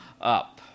up